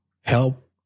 help